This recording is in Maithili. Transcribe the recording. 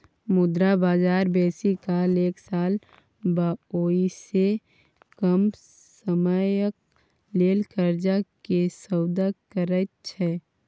मुद्रा बजार बेसी काल एक साल वा ओइसे कम समयक लेल कर्जा के सौदा करैत छै